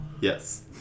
yes